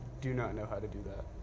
do not know how to do that.